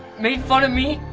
made fun of me.